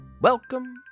Welcome